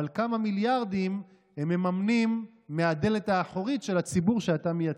אבל כמה מיליארדים הם מממנים מהדלת האחורית של הציבור שאתה מייצג.